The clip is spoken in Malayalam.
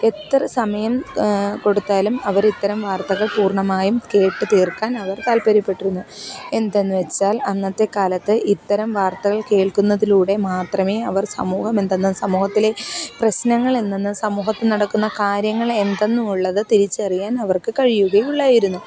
എത്ര സമയം കൊടുത്താലും അവരിത്തരം വാർത്തകൾ പൂർണ്ണമായും കേട്ട് തീർക്കാനവർ താൽപ്പര്യപ്പെട്ടിരുന്നു എന്തെന്ന് വെച്ചാൽ അന്നത്തെ കാലത്ത് ഇത്തരം വാർത്തകൾ കേൾക്കുന്നതിലൂടെ മാത്രമേ അവർ സമൂഹമെന്തെന്നും സമൂഹത്തിലെ പ്രശ്നങ്ങളെന്തെന്നും സമൂഹത്ത് നടക്കുന്ന കാര്യങ്ങൾ എന്തെന്നുമുള്ളത് തിരിച്ചറിയാൻ അവർക്ക് കഴിയുകയുള്ളായിരുന്നു